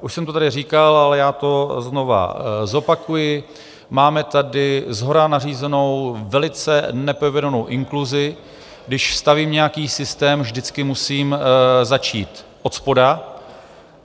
Už jsem to tady říkal, ale já to znova zopakuji: máme tady shora nařízenou, velice nepovedenou inkluzi když stavím nějaký systém, vždycky musím začít odspoda,